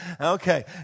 Okay